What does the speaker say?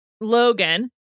Logan